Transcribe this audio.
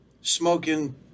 smoking